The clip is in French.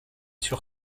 sur